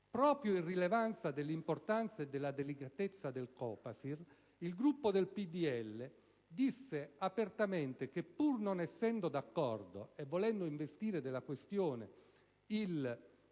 proprio in considerazione dell'importanza e della delicatezza del Copasir, il Gruppo del PdL disse apertamente che, pur non essendo d'accordo e volendo investire della questione la